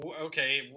Okay